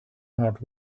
heart